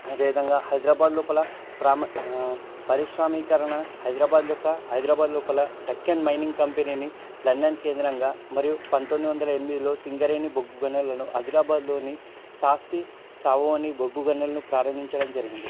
అదే విధంగా హైదరాబాద్ లోపల ప్రా పారిశ్రామీకరణ హైదరాబాద్ యొక్క హైదరాబాద్ లోపల డెక్కన్ మైనింగ్ కంపెనీని లండన్ కేంద్రంగా మరియు పంతొమ్మిది వందల ఎనిమిదిలో సింగరేణి బొగ్గు గనులను అదిలాబాద్లోని సాస్తి సావోనీ బొగ్గు గనులను ప్రారంభించడం జరిగింది